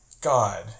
God